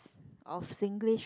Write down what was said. of Singlish